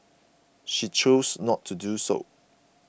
she chose not to do so